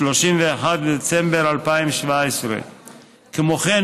31 בדצמבר 2017. כמו כן,